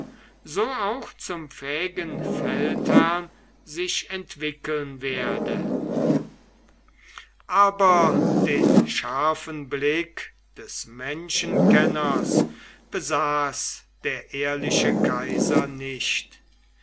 so auch zum fähigen feldherrn sich entwickeln werde aber den scharfen blick des menschenkenners besaß der ehrliche kaiser nicht